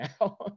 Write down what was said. now